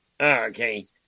Okay